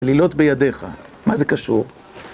לילות בידיך, מה זה קשור?